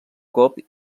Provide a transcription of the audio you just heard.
cop